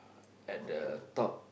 at the top